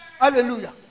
Hallelujah